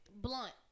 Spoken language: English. blunt